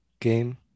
game